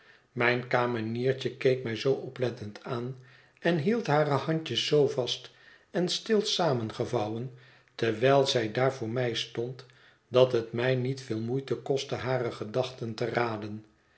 mijn kameniertje keek mij zoo oplettend aan en hield hare handjes zoo vast en stil samengevouwen terwijl zij daar voor mij stond dat het mij niet veel moeite kostte hare gedachten te raden